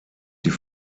die